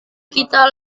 kita